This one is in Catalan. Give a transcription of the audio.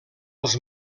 als